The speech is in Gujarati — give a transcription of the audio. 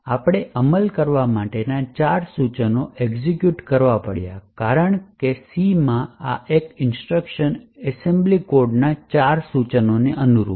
આપણે અમલ કરવા માટેના ચાર સૂચનો એક્સેકુટે કરવા પડ્યા છે કારણ કે C માં આ એક ઇન્સટ્રક્શન એસેમ્બલી કોડના ચાર સૂચનોને અનુરૂપ છે